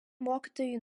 mokytojų